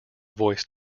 voice